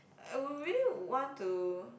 I would really want to